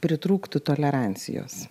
pritrūktų tolerancijos